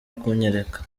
kunyereka